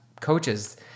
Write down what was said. coaches